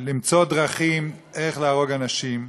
למצוא דרכים איך להרוג אנשים.